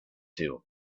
two